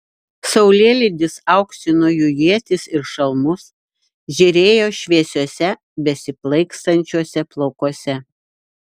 saulėlydis auksino jų ietis ir šalmus žėrėjo šviesiuose besiplaikstančiuose plaukuose